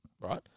right